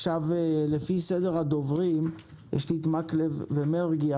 סדר הדוברים הוא מקלב ומרגי,